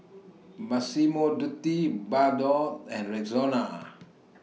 Massimo Dutti Bardot and Rexona